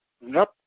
Nope